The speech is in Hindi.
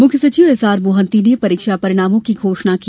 मुख्यसचिव एसआर मोहन्ती ने परीक्षा परिणामों की घोषणा की